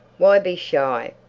why be shy?